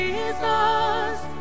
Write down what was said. Jesus